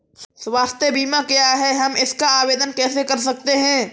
स्वास्थ्य बीमा क्या है हम इसका आवेदन कैसे कर सकते हैं?